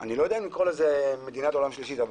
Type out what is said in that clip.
אני לא יודע אם לקרוא לזה מדינת עולם שלישי אבל